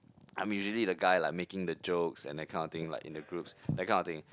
I'm usually the guy like making the jokes and that kind of thing like in the groups that kind of thing